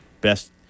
best